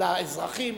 לאזרחים?